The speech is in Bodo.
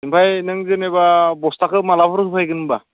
ओमफ्राय नों जेनेबा बस्थाखौ माब्लाफोर होफैगोन होम्बा